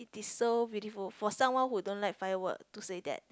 so beautiful for someone who don't like firework to say that